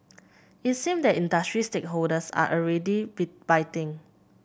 it seems that industry stakeholders are already be biting